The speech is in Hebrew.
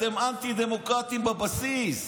אתם אנטי-דמוקרטיים בבסיס,